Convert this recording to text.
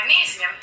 magnesium